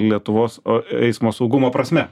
lietuvos o eismo saugumo prasme